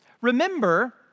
Remember